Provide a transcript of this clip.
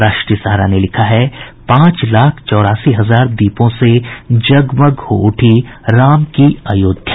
राष्ट्रीय सहारा ने लिखा है पांच लाख चौरासी हजार दीपों से जगमग हो उठी राम की अयोध्या